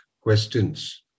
questions